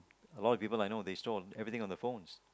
a lot of people I know they store everything on the phones